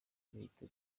bihita